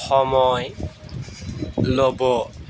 সময় ল'ব